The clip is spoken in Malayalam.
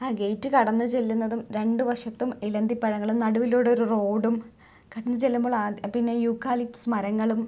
ആ ഗേറ്റ് കടന്ന് ചെല്ലുന്നതും രണ്ടു വശത്തും ഇലന്തിപ്പഴങ്ങളും നടുവിലൂടെ ഒരു റോഡും കടന്ന് ചെല്ലുമ്പം ആദ്യം പിന്നെ യൂക്കാലിസ് മരങ്ങളും